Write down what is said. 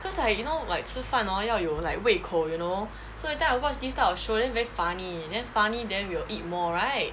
cause like you know like 吃饭 oh 要有 like 胃口 you know so every time I watch this type of show then very funny then funny then we'll eat more right